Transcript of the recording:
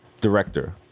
director